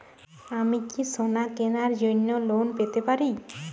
আমি কি সোনা কেনার জন্য লোন পেতে পারি?